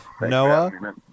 Noah